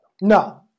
No